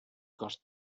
cos